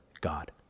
God